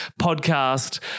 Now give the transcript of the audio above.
podcast